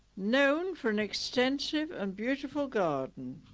known for an extensive and beautiful garden.